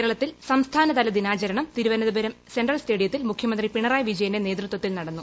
കേരളത്തിൽ സംസ്ഥാനതല ദ്രിനാച്ചരണം തിരുവനന്തപുരം സെൻട്രൽ സ്റ്റേഡിയത്തിൽ മുഖ്യമന്ത്രി പിണറായി വിജയന്റെ നേതൃത്വത്തിൽ നടന്നു